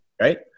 right